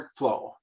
workflow